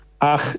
Ach